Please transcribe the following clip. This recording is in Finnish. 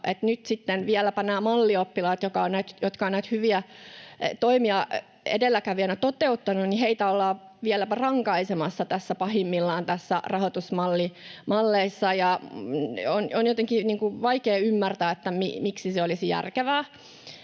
näitä mallioppilaita, jotka ovat näitä hyviä toimia edelläkävijöinä toteuttaneet, ollaan tässä rahoitusmallissa pahimmillaan rankaisemassa. On jotenkin vaikea ymmärtää, miksi se olisi järkevää.